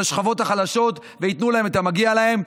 השכבות החלשות וייתנו להם את המגיע להם,